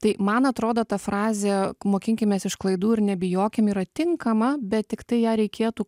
tai man atrodo ta frazė mokinkimės iš klaidų ir nebijokim yra tinkama bet tiktai ją reikėtų